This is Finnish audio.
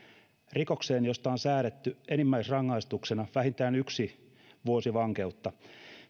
rikokseen josta on säädetty enimmäisrangaistuksena vähintään yksi vuosi vankeutta